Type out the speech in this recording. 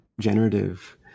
generative